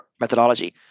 methodology